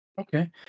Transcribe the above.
Okay